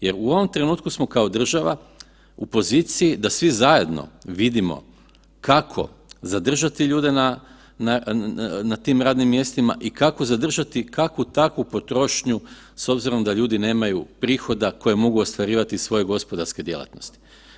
Jer u ovom trenutku smo kao država u poziciji da svi zajedno vidimo kako zadržati ljude na tim radnim mjestima i kako zadržati kakvu takvu potrošnju s obzirom da ljudi nemaju prihoda koje mogu ostvarivati iz svoje gospodarske djelatnosti.